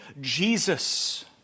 Jesus